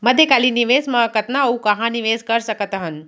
मध्यकालीन निवेश म कतना अऊ कहाँ निवेश कर सकत हन?